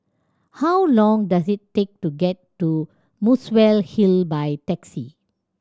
how long does it take to get to Muswell Hill by taxi